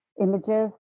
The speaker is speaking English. images